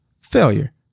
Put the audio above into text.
failure